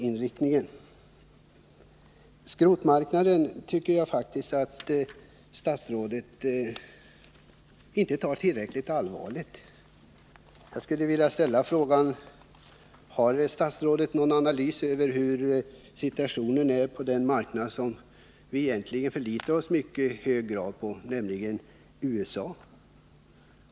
Frågan om skrotmarknaden tycker jag faktiskt att statsrådet inte tar tillräckligt allvarligt på. Jag skulle vilja ställa frågan: Har statsrådet någon analys av hur situationen är på den marknad som vi i mycket hög grad förlitar oss på, nämligen USA-marknaden?